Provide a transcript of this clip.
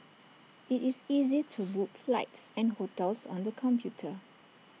IT is easy to book flights and hotels on the computer